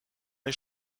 est